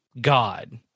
God